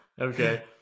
Okay